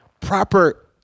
proper